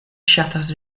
ŝatas